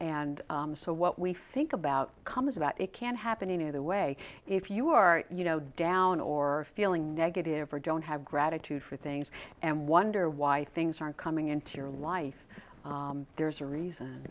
and so what we think about comes about it can happen either way if you are you know down or feeling negative or don't have gratitude for things and wonder why things aren't coming into your life there's a reason